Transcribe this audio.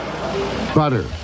Butter